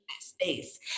space